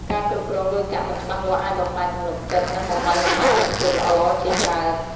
ការគ្រប់គ្រងលុយកាក់មិនច្បាស់លាស់អាចបំផ្លាញទំនុកចិត្ត និងបំបែកបំបាក់មិត្តភាពល្អៗជាច្រើន ។